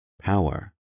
Power